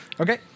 okay